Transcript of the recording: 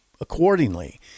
accordingly